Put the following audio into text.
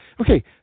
Okay